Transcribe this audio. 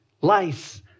lice